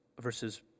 versus